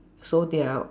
so they are